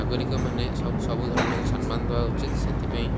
ନାଗରିକମାନେ ସବୁ ସବୁ ଧର୍ମକୁ ସମ୍ମାନ୍ ଦେବା ଉଚିତ୍ ସେଥିପାଇଁ